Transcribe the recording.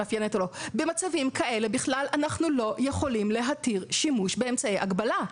במצבים כאלה אנחנו בכלל לא יכולים להתיר שימוש באמצעי הגבלה.